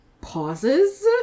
pauses